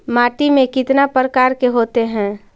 माटी में कितना प्रकार के होते हैं?